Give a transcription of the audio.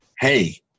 Hey